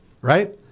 right